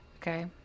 Okay